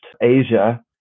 Asia